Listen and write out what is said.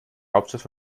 hauptstadt